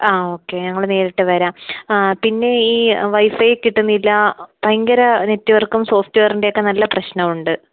ആ ഓക്കെ ഞങ്ങൾ നേരിട്ട് വരാം പിന്നെ ഈ വൈ ഫൈ കിട്ടുന്നില്ല ഭയങ്കര നെറ്റ് വർക്കും സോഫ്റ്റ് വെയറിൻ്റെ ഒക്കെ നല്ല പ്രശ്നമുണ്ട്